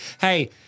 Hey